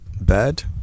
bad